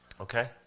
Okay